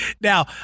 Now